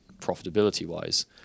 profitability-wise